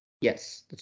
yes